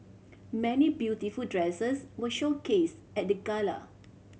many beautiful dresses were showcased at the gala